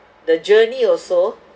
the journey also